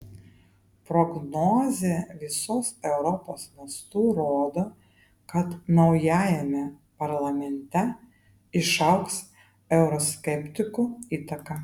prognozė visos europos mastu rodo kad naujajame parlamente išaugs euroskeptikų įtaka